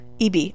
eb